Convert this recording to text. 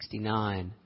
1969